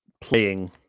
playing